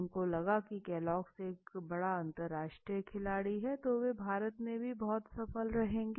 उनको लगा की केलॉग एक बड़ा अंतरराष्ट्रीय खिलाड़ी है तो वे भारत में भी बहुत सफल रहेंगे